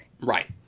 Right